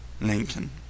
Lincoln